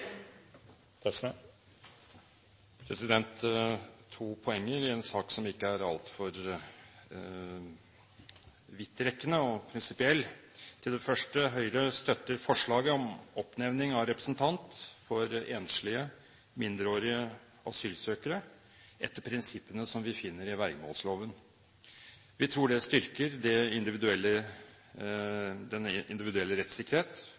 altfor vidtrekkende og prinsipiell. Først: Høyre støtter forslaget om oppnevning av en representant for enslige, mindreårige asylsøkere etter prinsippene som vi finner i vergemålsloven. Vi tror det styrker den individuelle rettssikkerhet